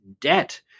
Debt